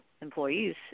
employees